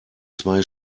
zwei